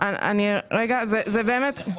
----- נחושת,